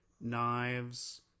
knives